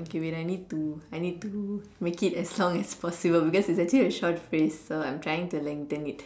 okay wait I need to I need to make it as long as possible because it's actually a short phrase so I'm trying to lengthen it